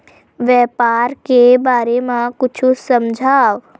व्यापार के बारे म कुछु समझाव?